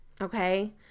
okay